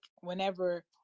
whenever